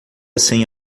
sem